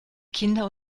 kinder